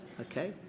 Okay